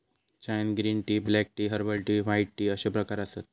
चायत green tea, black tea, herbal tea, white tea अश्ये प्रकार आसत